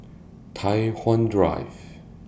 Tai Hwan Drive